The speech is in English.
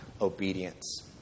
obedience